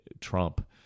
Trump